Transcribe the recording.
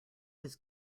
his